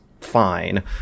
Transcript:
fine